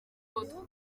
kuko